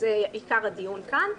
שזה עיקר הדיון כאן,